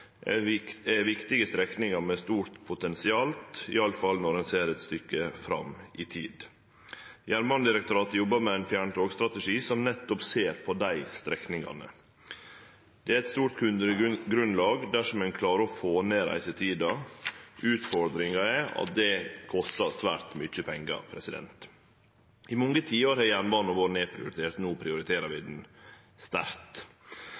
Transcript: Oslo–Gøteborg er viktige strekningar med stort potensial, i alle fall når ein ser eit stykke fram i tid. Jernbanedirektoratet jobbar med ein fjerntogsstrategi som nettopp ser på dei strekningane. Det er eit stort kundegrunnlag dersom ein klarer å få ned reisetida. Utfordringa er at det kostar svært mykje pengar. I mange tiår har jernbanen vore nedprioritert, no prioriterer vi han sterkt.